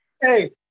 Hey